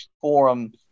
forum